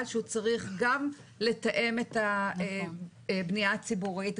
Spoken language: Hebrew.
שהוא צריך גם לתאם את הבנייה הציבורית,